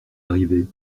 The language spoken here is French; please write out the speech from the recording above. arrivait